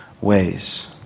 ways